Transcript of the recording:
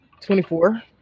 Twenty-four